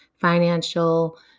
Financial